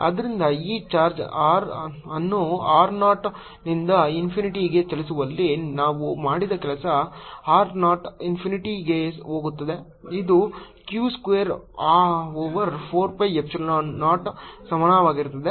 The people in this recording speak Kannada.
ಆದ್ದರಿಂದ ಈ ಚಾರ್ಜ್ ಅನ್ನು r ನಾಟ್ನಿಂದ ಇನ್ಫಿನಿಟಿಗೆ ಚಲಿಸುವಲ್ಲಿ ನಾನು ಮಾಡಿದ ಕೆಲಸ r 0 ಇನ್ಫಿನಿಟಿಗೆ ಹೋಗುತ್ತದೆ ಇದು q square over 4 pi epsilon 0 ಸಮನಾಗಿರುತ್ತದೆ